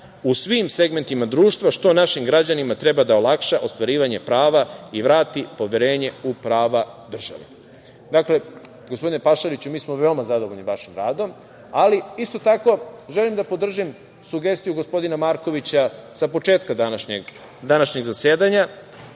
u svim segmentima društva, što našim građanima treba da olakša ostvarivanje prava i vrati poverenje u prava države. Gospodine Pašaliću, mi smo veoma zadovoljni vašim radom, ali, isto tako želim da podržim sugestiju gospodina Markovića sa početka današnjeg zasedanja,